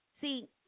see